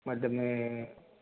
वधि में